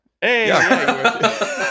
Hey